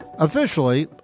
Officially